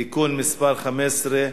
(תיקון מס' 15)